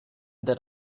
that